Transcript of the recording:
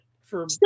for-